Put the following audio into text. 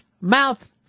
mouth